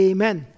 Amen